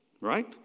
right